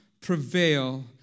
prevail